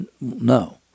No